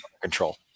control